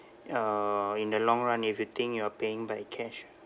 uh in the long run if you think you are paying by cash